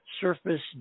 surface